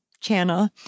channel